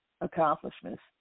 accomplishments